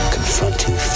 Confronting